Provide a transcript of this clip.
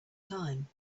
time